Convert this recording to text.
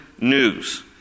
news